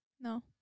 No